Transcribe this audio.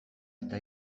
eta